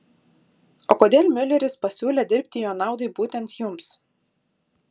o kodėl miuleris pasiūlė dirbti jo naudai būtent jums